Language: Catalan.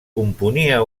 componia